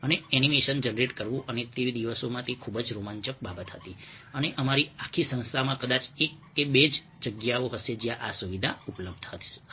અને animation generate કરવું અને તે દિવસોમાં તે ખૂબ જ રોમાંચક બાબત હતી અને અમારી આખી સંસ્થામાં કદાચ એક કે બે જ જગ્યાઓ હશે જ્યાં આ સુવિધા ઉપલબ્ધ હતી